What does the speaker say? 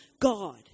God